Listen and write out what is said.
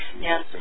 Yes